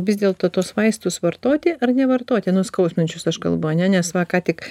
vis dėlto tuos vaistus vartoti ar nevartoti nuskausminčius aš kalbu ane nes va ką tik